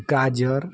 गाजर